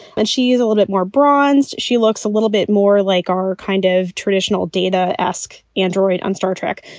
and she is a little bit more bronzed she looks a little bit more like our kind of traditional data esq android on star trek,